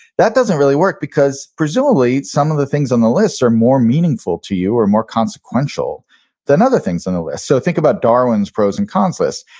that doesn't really work because presumably some of the things on the list are more meaningful to you or more consequential than other things on the list so think about darwin's pros and cons list.